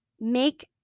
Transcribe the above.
make